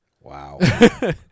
Wow